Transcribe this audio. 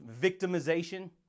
victimization